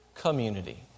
community